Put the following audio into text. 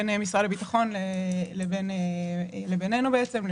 בין משרד הביטחון לבינינו בעצם.